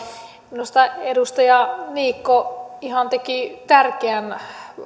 minusta edustaja niikko ihan teki tärkeän